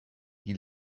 hil